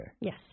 Yes